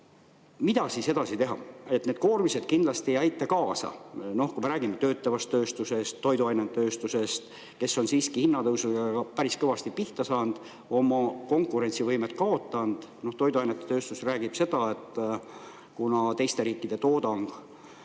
Mida siis edasi teha? Need koormised kindlasti ei aita kaasa. Kui rääkida töötlevast tööstusest, toiduainetööstusest – nemad on siiski hinnatõusuga päris kõvasti pihta saanud, oma konkurentsivõimet kaotanud. Toiduainetööstus räägib seda, et kuna teiste riikide toodang